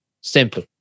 Simple